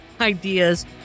ideas